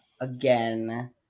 again